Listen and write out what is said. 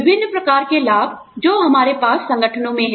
विभिन्न प्रकार के लाभ जो हमारे पास संगठनों में हैं